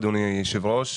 אדוני היושב-ראש,